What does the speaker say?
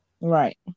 Right